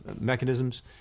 mechanisms